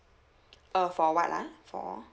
uh for what ah for